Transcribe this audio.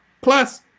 plus